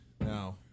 Now